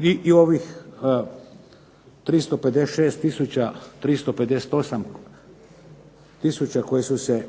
i ovih 356 358 koji su se